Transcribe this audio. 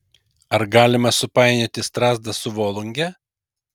ar galima supainioti strazdą su volunge